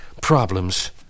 problems